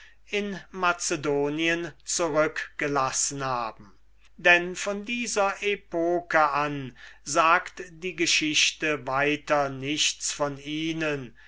in macedonien zurückgelassen haben denn von dieser epoche an sagt die geschichte weiter nichts von ihnen